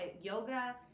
Yoga